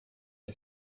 ela